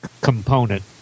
component